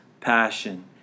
passion